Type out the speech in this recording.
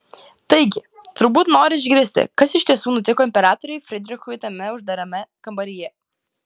taigi turbūt nori išgirsti kas iš tiesų nutiko imperatoriui frydrichui tame uždarame kambaryje